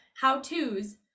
how-to's